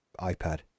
iPad